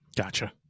Gotcha